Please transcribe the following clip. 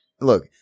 look